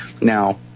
Now